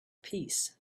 peace